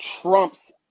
trumps